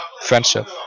friendship